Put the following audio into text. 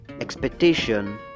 expectation